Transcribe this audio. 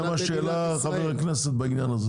זה מה שהעלה חבר הכנסת בעניין הזה.